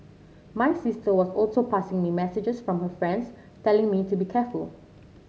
my sister was also passing me messages from her friends telling me to be careful